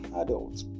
adults